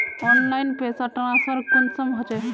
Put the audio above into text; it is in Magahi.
ऑनलाइन पैसा ट्रांसफर कुंसम होचे?